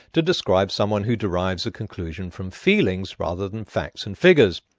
to describe someone who derives conclusion from feelings rather than facts and figures.